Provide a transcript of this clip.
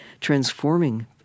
transforming